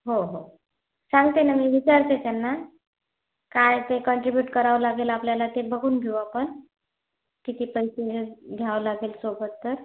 हो हो सांगते ना मी विचारते त्यांना काय ते कंट्रीब्युट करावं लागेल आपल्याला ते बघून घेऊ आपण किती पैसे घ्यावं लागेल सोबत तर